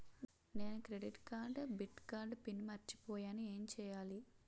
నేను credit card debit card pin మర్చిపోయేను ఎం చెయ్యాలి?